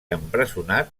empresonat